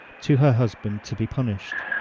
to her husband to be punished.